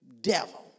devil